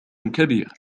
كبير